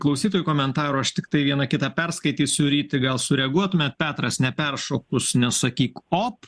klausytojų komentarų aš tiktai vieną kitą perskaitysiu ryti gal sureaguotumėt petras neperšokus nesakyk op